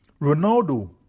Ronaldo